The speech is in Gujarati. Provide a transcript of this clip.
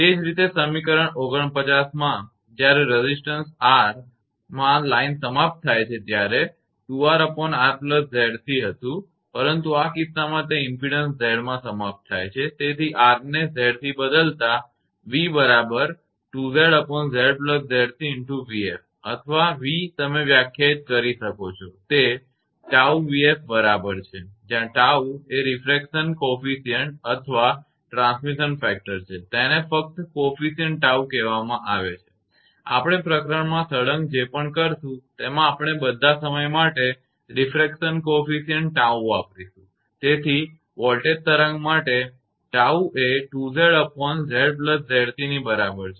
એ જ રીતે સમીકરણ 49 માં જ્યારે રેઝિસટન્સ R માં લાઇન સમાપ્ત થાય છે ત્યારે તે 2𝑅𝑅𝑍𝑐 હતું પરંતુ આ કિસ્સામાં તે ઇમપેડન્સ Z માં સમાપ્ત થાય છે તેથી R ને Z થી બદલતા v બરાબર છે 2𝑍𝑍𝑍𝑐𝑣𝑓 અથવા v તમે વ્યાખ્યાયિત કરી શકો તે 𝜏𝑣𝑓 બરાબર છે જ્યાં 𝜏 એ રીફ્રેક્શન ગુણાંક અથવા ટ્રાન્સમિશન ફેક્ટર તેને ફક્ત coefficient ગુણાંક 𝜏 કહેવામાં આવે છે આપણે પ્રકરણમાં સળંગ જે પણ કરીશું તેમા આપણે બધા સમય માટે રિફ્રેક્શન ગુણાંક 𝜏 વાપરીશું તેથી વોલ્ટેજ તરંગ માટે 𝜏 એ 2𝑍𝑍𝑍𝑐 ની બરાબર છે